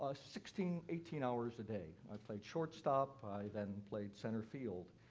ah sixteen, eighteen hours a day. i played shortstop. i then played centerfield.